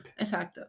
Exacto